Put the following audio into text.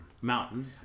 mountain